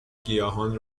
گیاهان